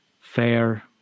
fair